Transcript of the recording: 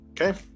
Okay